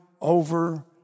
over